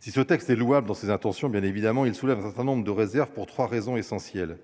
si ce texte est louable dans ses intentions, bien évidemment, il soulève un certain nombre de réserves pour 3 raisons essentielles.